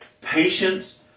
patience